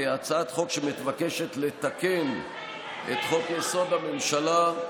שמבקשת לתקן את חוק-יסוד: הממשלה,